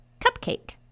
cupcake